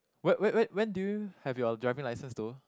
when when when when do you have your driving licence though